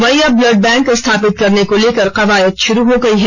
वहीं अब blood bank स्थापित करने को लेकर कवायद शुरू हो गई है